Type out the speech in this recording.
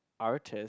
artist